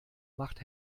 macht